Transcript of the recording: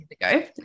ago